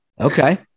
Okay